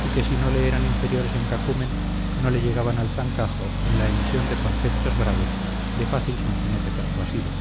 y que si no le eran inferiores en cacumen no le llegaban al zancajo en la emisión de conceptos graves de fácil sonsonete persuasivo